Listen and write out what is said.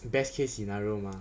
best case scenario mah